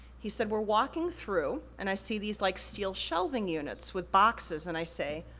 he said, we're walking through, and i see these like, steel shelving units with boxes. and i say,